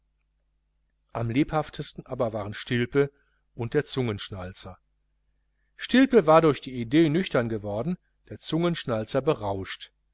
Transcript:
am lebhaftesten aber waren stilpe und der zungenschnalzer stilpe war durch die idee nüchtern geworden der zungenschnalzer berauscht